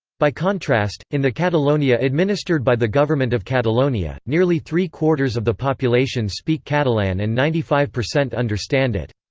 by contrast, in the catalonia administered by the government of catalonia, nearly three quarters of the population speak catalan and ninety five percent understand it.